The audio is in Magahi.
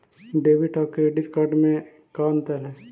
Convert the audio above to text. डेबिट और क्रेडिट कार्ड में का अंतर है?